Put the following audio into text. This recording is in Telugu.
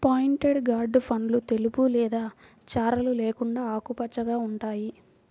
పాయింటెడ్ గార్డ్ పండ్లు తెలుపు లేదా చారలు లేకుండా ఆకుపచ్చగా ఉంటాయి